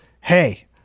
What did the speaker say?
hey